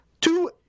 Two